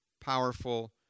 powerful